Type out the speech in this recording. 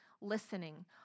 listening